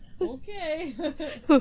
okay